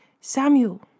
Samuel